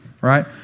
Right